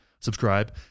Subscribe